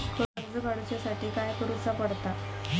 कर्ज काडूच्या साठी काय करुचा पडता?